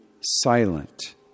silent